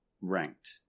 ranked